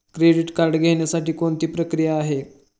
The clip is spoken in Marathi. क्रेडिट कार्ड घेण्यासाठी कोणती प्रक्रिया आहे?